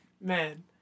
Man